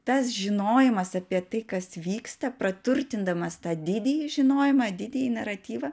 tas žinojimas apie tai kas vyksta praturtindamas tą didįjį žinojimą didįjį naratyvą